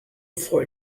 before